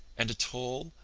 and a tall,